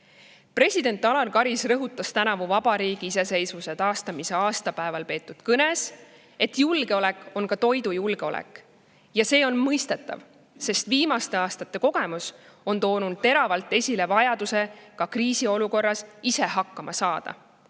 President Alar Karis rõhutas tänavu vabariigi iseseisvuse taastamise aastapäeval peetud kõnes, et julgeolek on ka toidujulgeolek. Ja see on mõistetav, sest viimaste aastate kogemus on toonud teravalt esile vajaduse kriisiolukorras ise hakkama saada.